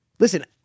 Listen